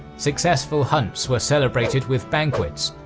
successful hunts were celebrated with banquets,